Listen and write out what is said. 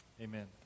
Amen